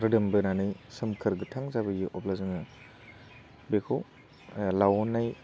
रोदोमबोनानै सोमखोर गोथां जाबोयो अब्ला जोङो बेखौ लाव'ननाय